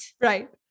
Right